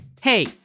Hey